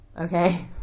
okay